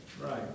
Right